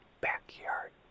backyard